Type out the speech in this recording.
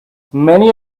many